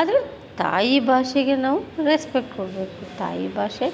ಆದರೂ ತಾಯಿ ಭಾಷೆಗೆ ನಾವು ರೆಸ್ಪೆಕ್ಟ್ ಕೊಡಬೇಕು ತಾಯಿ ಭಾಷೆ